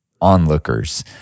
onlookers